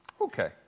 Okay